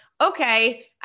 okay